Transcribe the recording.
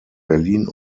berlin